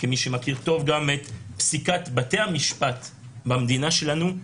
כמי שמכיר טוב גם את פסיקת בתי המשפט במדינה שלנו,